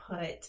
put